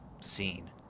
scene